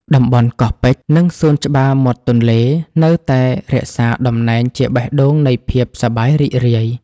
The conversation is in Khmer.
តំបន់កោះពេជ្រ និងសួនច្បារមាត់ទន្លេ នៅតែរក្សាតំណែងជាបេះដូងនៃភាពសប្បាយរីករាយ។